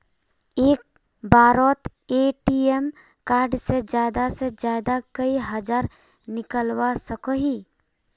एक बारोत ATM card से ज्यादा से ज्यादा कई हजार निकलवा सकोहो ही?